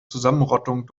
zusammenrottung